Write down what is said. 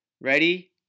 Ready